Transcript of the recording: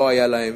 לא היה להם,